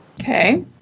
Okay